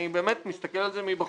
אני באמת מסתכל על זה מבחוץ.